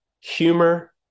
humor